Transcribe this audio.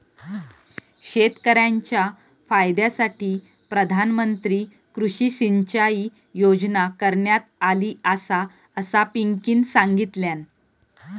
शेतकऱ्यांच्या फायद्यासाठी प्रधानमंत्री कृषी सिंचाई योजना करण्यात आली आसा, असा पिंकीनं सांगल्यान